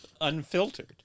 unfiltered